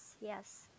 yes